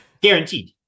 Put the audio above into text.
guaranteed